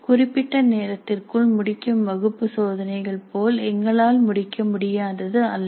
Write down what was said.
குறிப்பிட்ட நேரத்திற்குள் முடிக்கும் வகுப்பு சோதனைகள் போல் எங்களால் முடிக்க முடியாதது அல்ல